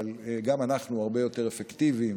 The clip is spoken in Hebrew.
אבל גם אנחנו הרבה יותר אפקטיביים